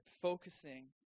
focusing